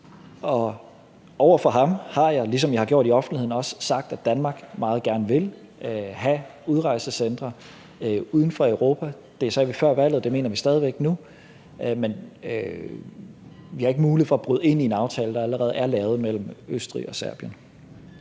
og over for ham har jeg, ligesom jeg også har gjort i offentligheden, sagt, at Danmark meget gerne vil have udrejsecentre uden for Europa. Det sagde vi før valget, og det mener vi stadig væk nu, men vi har ikke mulighed for at bryde ind i en aftale, der allerede er lavet mellem Østrig og Serbien.